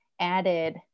added